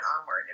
onward